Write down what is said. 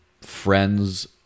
friends